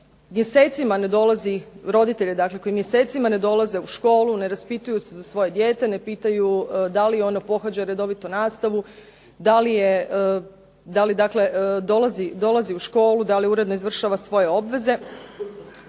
mjesecima ne dolaze u školu, ne raspituju se za svoje dijete, ne pitaju da li ono pohađa redovito nastavu, da li dakle, dolazi u školu, da li uredno izvršava svoje obveze,